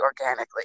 organically